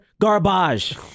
garbage